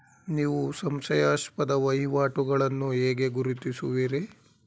ನೀವು ಸಂಶಯಾಸ್ಪದ ವಹಿವಾಟುಗಳನ್ನು ಹೇಗೆ ಗುರುತಿಸುವಿರಿ?